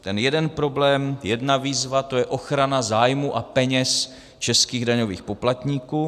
Ten jeden problém, jedna výzva, to je ochrana zájmů a peněz českých daňových poplatníků.